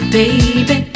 baby